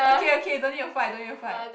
okay okay don't need to fight don't need to fight